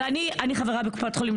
ואני חברה בקופת חולים,